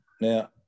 Now